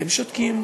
אתם שותקים,